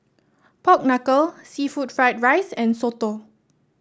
Pork Knuckle seafood Fried Rice and soto